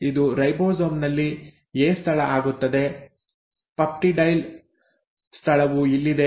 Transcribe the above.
ಇದು ರೈಬೋಸೋಮ್ ನಲ್ಲಿ ಎ ಸ್ಥಳ ಆಗುತ್ತದೆ ಪೆಪ್ಟಿಡೈಲ್ ಸ್ಥಳವು ಇಲ್ಲಿದೆ